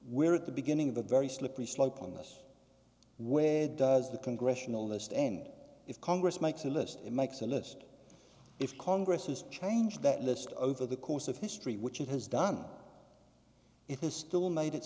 we're at the beginning of a very slippery slope on this where does the congressional list end if congress makes a list it makes a list if congress has changed that list over the course of history which it has done it has still made it